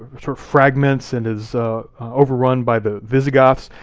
sort of fragments, and is overrun by the visigoths,